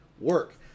work